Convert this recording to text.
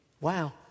Wow